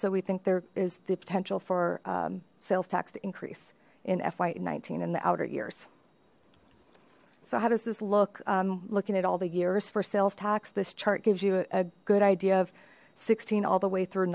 so we think there is the potential for sales tax to increase in fy nineteen and the outter years so how does this look looking at all the years for sales tax this chart gives you a good idea of sixteen all the way through